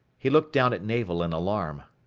he looked down at navel in alarm.